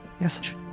Yes